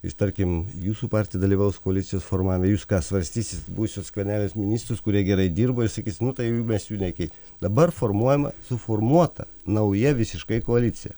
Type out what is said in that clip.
ir tarkim jūsų partija dalyvaus koalicijos formavime jūs ką svarstysit būsiu skvernelis ministrus kurie gerai dirba jis sakys nu tai jų mes jų nekeit dabar formuojama suformuota nauja visiškai koalicija